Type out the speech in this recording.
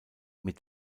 mit